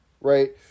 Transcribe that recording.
Right